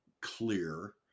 clear